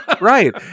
right